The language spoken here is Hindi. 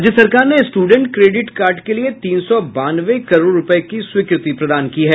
राज्य सरकार ने स्टूडेंट क्रेडिट कार्ड के लिये तीन सौ बानवे करोड़ रूपये की स्वीकृति दी है